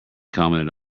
commented